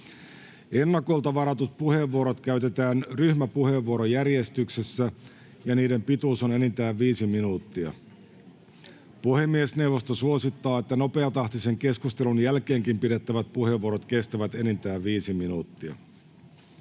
Ennakolta varatut puheenvuorot käytetään ryhmäpuheenvuorojärjestyksessä, ja niiden pituus on enintään viisi minuuttia. Puhemiesneuvosto suosittaa, että nopeatahtisen keskusteluosuuden jälkeenkin pidettävät puheenvuorot kestävät enintään viisi minuuttia.